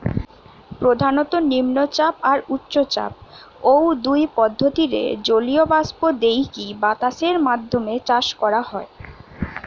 প্রধানত নিম্নচাপ আর উচ্চচাপ, ঔ দুই পদ্ধতিরে জলীয় বাষ্প দেইকি বাতাসের মাধ্যমে চাষ করা হয়